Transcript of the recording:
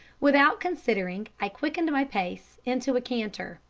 without considering i quickened my pace into a canter,